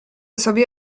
sobie